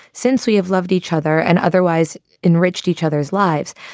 since we have loved each other and otherwise enriched each other's lives,